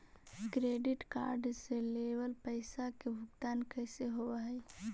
Credit card से लेवल पैसा के भुगतान कैसे होव हइ?